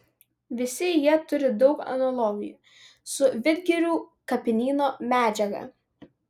visi jie turi daug analogijų su vidgirių kapinyno medžiaga